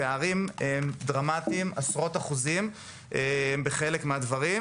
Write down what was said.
הפערים הם דרמטיים עשרות אחוזים בחלק מהדברים,